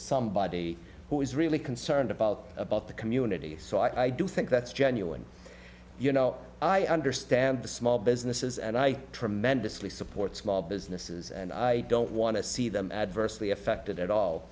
somebody who is really concerned about about the community so i do think that's genuine you know i understand the small businesses and i tremendously support small businesses and i don't want to see them adversely affected at all